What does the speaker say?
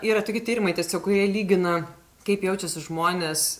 yra toki tyrimai tiesiog kurie lygina kaip jaučiasi žmonės